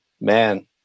Man